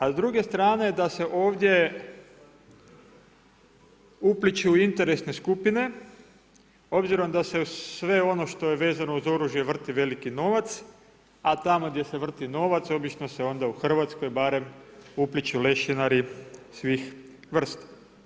Ali s druge strane da se ovdje upliću interesne skupine, obzirom da se sve ono što je vezano uz oružje vrti veliki novac a tamo gdje se vrti novac obično se onda u Hrvatskoj barem upliću lešinari svih vrsta.